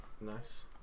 nice